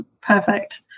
perfect